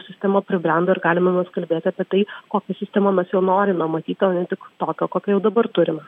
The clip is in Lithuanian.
sistema pribrendo ir galime vat kalbėti apie tai kokią sistemą mes jau norime matyti o ne tik tokią kokią jau dabar turim